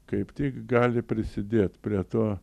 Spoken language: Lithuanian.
kaip tik gali prisidėt prie to